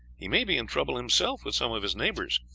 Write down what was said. he may be in trouble himself with some of his neighbors,